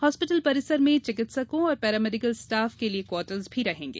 hospital परिसर में चिकित्सकों और पैरामेडीकल स्टाफ के लिए क्वार्टर्स भी रहेंगे